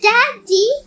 Daddy